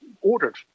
ordered